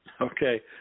Okay